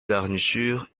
garniture